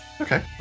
Okay